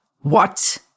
What